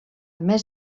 més